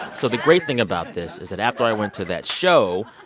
so the great thing about this is that after i went to that show,